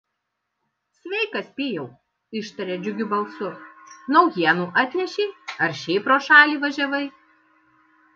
sveikas pijau ištarė džiugiu balsu naujienų atnešei ar šiaip pro šalį važiavai